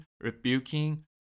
rebuking